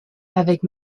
avec